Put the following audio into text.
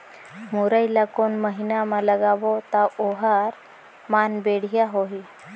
मुरई ला कोन महीना मा लगाबो ता ओहार मान बेडिया होही?